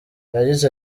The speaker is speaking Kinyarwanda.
yagize